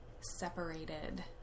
separated